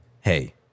Hey